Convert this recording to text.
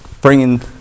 bringing